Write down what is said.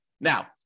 Now